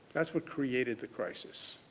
that's what created the crisis.